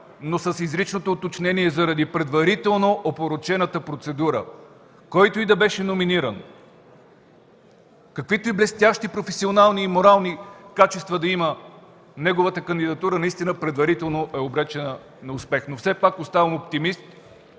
но с изричното уточнение – заради предварително опорочената процедура. Който и да беше номиниран, каквито блестящи професионални и морални качества да има, неговата кандидатура предварително е обречена на неуспех. Но все пак оставам оптимист,